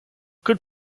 could